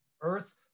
Earth